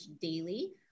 daily